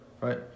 right